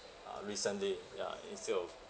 uh recently ya instead of